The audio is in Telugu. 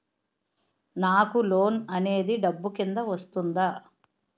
నాకు లోన్ అనేది డబ్బు కిందా వస్తుందా?